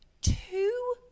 two